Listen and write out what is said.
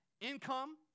income